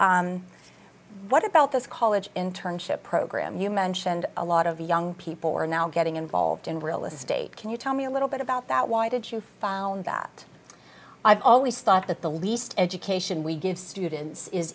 business what about this college internship program you mentioned a lot of young people who are now getting involved in real estate can you tell me a little bit about that why did you found that i've always thought that the least education we give students is